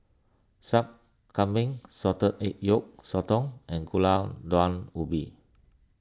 Sup Kambing Salted Egg Yolk Sotong and Gulai Daun Ubi